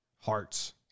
hearts